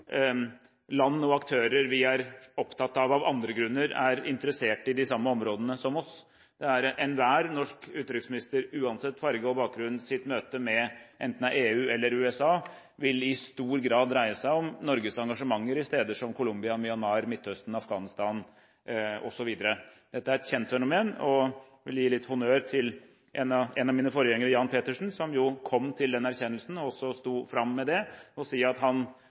land og aktører vi er opptatt av av andre grunner, er interessert i de samme områdene som oss. Enhver norsk utenriksministers – uansett farge og bakgrunn – møte med enten det er EU eller USA, vil i stor grad dreie seg om Norges engasjementer i steder som Colombia, Myanmar, Midtøsten, Afghanistan osv. Dette er et kjent fenomen, og jeg vil gi litt honnør til en av mine forgjengere, Jan Petersen, som kom til den erkjennelse, og så sto fram med det og sa at